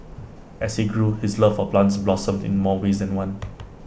as he grew his love for plants blossomed in more ways than one